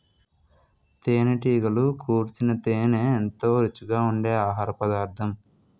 తేనెటీగలు కూర్చిన తేనే ఎంతో రుచిగా ఉండె ఆహారపదార్థం